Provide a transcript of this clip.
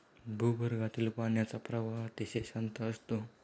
भूगर्भातील पाण्याचा प्रवाह अतिशय शांत असतो